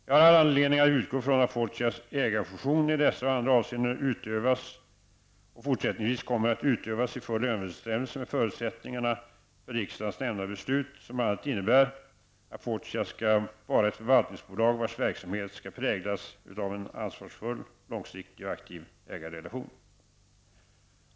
Jag har all anledning att utgå från att Fortias ägarfunktion i dessa och andra avseenden utövas och fortsättningsvis kommer att utövas i full överensstämmelse med förutsättningarna för riksdagens nämnda beslut som bl.a. innebär att Fortia skall vara ett förvaltningsbolag vars verksamhet skall präglas av en ansvarsfull, långsiktig och aktiv ägarrelation.